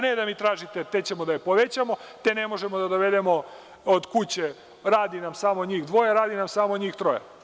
Ne da mi tražite – te ćemo da je povećamo, te ne možemo da dovedemo od kuće, radi nam samo njih dvoje, radi samo njih troje.